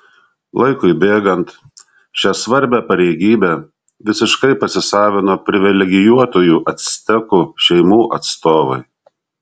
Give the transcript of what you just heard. laikui bėgant šią svarbią pareigybę visiškai pasisavino privilegijuotųjų actekų šeimų atstovai